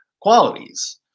qualities